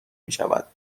میشود